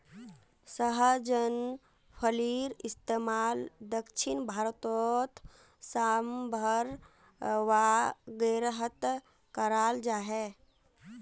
सहजन फलिर इस्तेमाल दक्षिण भारतोत साम्भर वागैरहत कराल जहा